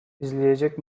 izleyecek